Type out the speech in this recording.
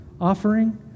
offering